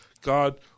God